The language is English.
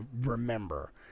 remember